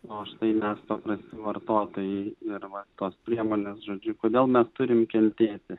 na o štai mes paprasti vartotojai ir va tos priemonės žodžiu kodėl mes turim kentėti